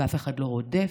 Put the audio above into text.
אף אחד לא רודף